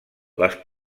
les